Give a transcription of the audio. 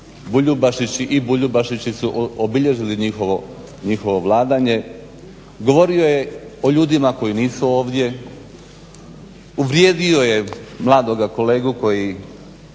Buljubašići i Buljubašići su obilježili njihovo vladanje. Govorio je o ljudima koji nisu ovdje, uvrijedio je mladoga kolegu koji